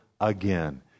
again